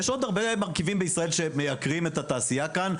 יש עוד הרבה מרכיבים בישראל שמייקרים את התעשייה כאן.